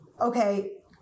okay